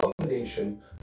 combination